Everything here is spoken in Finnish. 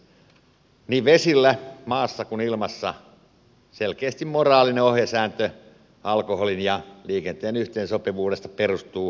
niin vesillä maassa kuin ilmassa selkeästi moraalinen ohjesääntö alkoholin ja liikenteen yhteensopivuudesta perustuu nollatoleranssiin